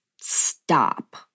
stop